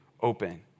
open